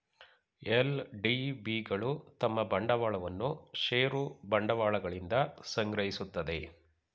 LDB ಗಳು ತಮ್ಮ ಬಂಡವಾಳವನ್ನು ಷೇರು ಬಂಡವಾಳಗಳಿಂದ ಸಂಗ್ರಹಿಸುತ್ತದೆ